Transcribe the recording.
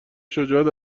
شجاعت